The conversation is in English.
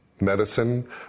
medicine